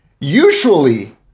usually